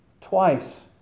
twice